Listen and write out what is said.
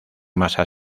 masa